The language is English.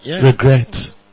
regret